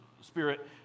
spirit